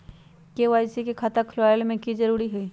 KYC के खाता खुलवा में की जरूरी होई?